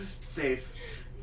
safe